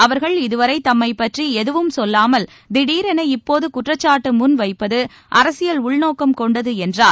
அவா்கள் இதுவரை தம்மைப் பற்றி எதுவும் சொல்லாமல் திடரென இப்போது குற்றச்சாட்டு முன்வைப்பது அரசியல் உள்நோக்கம் கொண்டது என்றார்